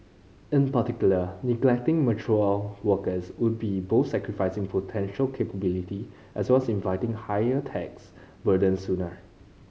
in particular neglecting mature workers would be both sacrificing potential capability as well as inviting higher tax burden sooner